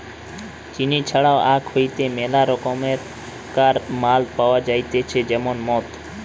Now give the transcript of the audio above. চিনি ছাড়াও আখ হইতে মেলা রকমকার মাল পাওয়া যাইতেছে যেমন মদ